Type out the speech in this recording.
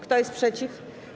Kto jest przeciw?